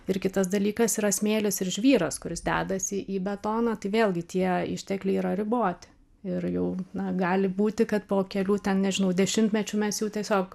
ir kitas dalykas yra smėlis ir žvyras kuris dedasi į betoną tai vėlgi tie ištekliai yra riboti ir jau na gali būti kad po kelių ten nežinau dešimtmečių mes jų tiesiog